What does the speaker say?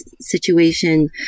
situation